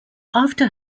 after